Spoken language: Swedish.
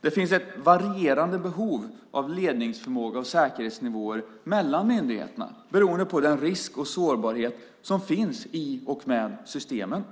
Det finns ett varierande behov av ledningsförmåga och säkerhetsnivåer mellan myndigheterna beroende på den risk och sårbarhet som finns i och med systemen.